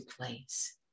place